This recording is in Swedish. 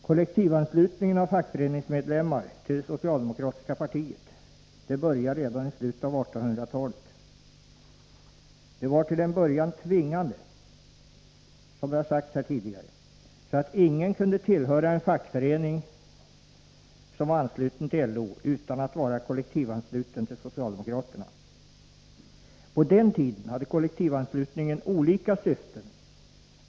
Kollektivanslutningen av fackföreningsmedlemmar till det socialdemokratiska partiet påbörjades redan i slutet av 1800-talet. Den var till en början tvingande, vilket har sagts här tidigare, så att ingen kunde tillhöra en fackförening som var ansluten till LO utan att vara kollektivansluten till socialdemokraterna. På den tiden hade kollektivanslutningen olika syften.